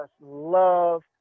love